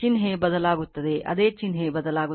ಚಿಹ್ನೆ ಬದಲಾಗುತ್ತದೆ ಅದೇ ಚಿಹ್ನೆ ಬದಲಾಗುತ್ತದೆ